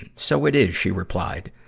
and so it is, she replied.